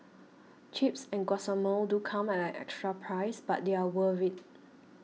Chips and Guacamole do come at an extra price but they're worth it